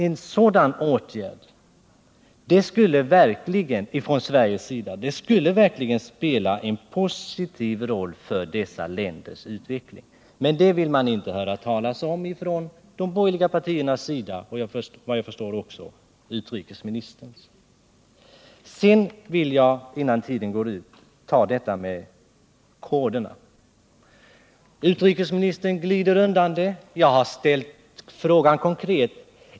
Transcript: En sådan åtgärd från Sveriges sida skulle verkligen spela en positiv roll för dessa länders utveckling, men det vill de borgerliga partierna inte höra talas om, och det vill — vad jag kan förstå — inte heller utrikesministern. Sedan vill jag, innan min repliktid går ut, ta upp detta med koderna. Jag har ställt en konkret fråga, men utrikesministern glider undan.